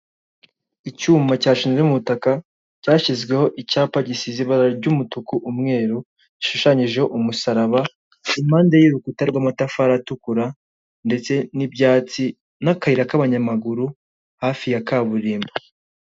Icyuma cyashinzwe mu butaka cyashyizweho icyapa gisize ibara ry'umutuku, umweru gishushanyijeho umusaraba ,impande y'urukuta rw'amatafari atukura ndetse n'ibyatsi n'akayira k'abanyamaguru hafi ya kaburimbo.